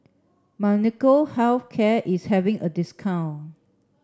Molnylcke Health Care is having a discount